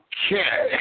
Okay